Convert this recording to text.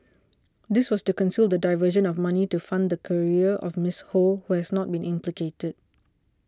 this was to conceal the diversion of money to fund the career of Miss Ho who has not been implicated